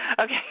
Okay